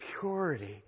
purity